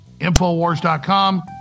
Infowars.com